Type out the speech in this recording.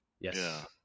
Yes